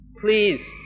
Please